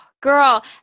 girl